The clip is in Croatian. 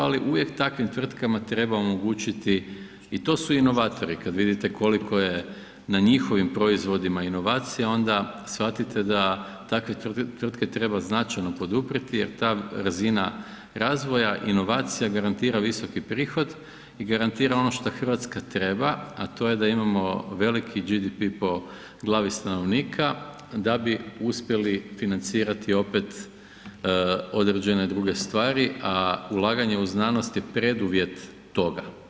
Ali uvijek takvim tvrtkama treba omogućiti i to su inovatori kada vidite koliko je na njihovim proizvodima inovacije onda shvatite da takve tvrtke treba značajno poduprijeti jer ta razina razvoja inovacija garantira visoki prihod i garantira ono šta Hrvatska treba, a to je da imamo veliki GDP po glavi stanovnika da bi uspjeli financirati opet određene druge stvari, a ulaganje u znanost je preduvjet toga.